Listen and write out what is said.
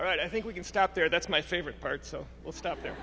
right i think we can stop there that's my favorite part so i'll stop there